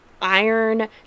iron